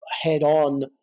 head-on